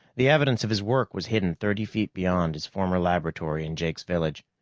the evidence of his work was hidden thirty feet beyond his former laboratory in jake's village,